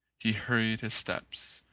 he hurried his steps.